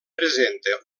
presenta